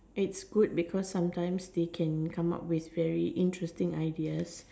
its good because sometimes they can come out with very interesting ideas